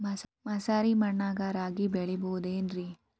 ಮಸಾರಿ ಮಣ್ಣಾಗ ರಾಗಿ ಬೆಳಿಬೊದೇನ್ರೇ?